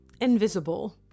invisible